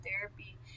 therapy